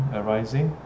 arising，